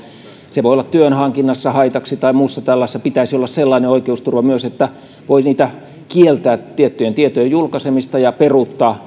se voi olla haitaksi työn hankinnassa tai muussa tällaisessa pitäisi myös olla sellainen oikeusturva että voi kieltää tiettyjen tietojen julkaisemista ja peruuttaa